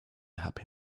happy